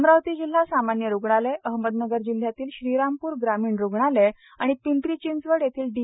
अमरावती जिल्हा सामान्य रुग्णालय अहमदनगर जिल्हयातील श्रीरामपूर ग्रामीण रूग्णालय आणि पिंपरी चिंचवड येथील डि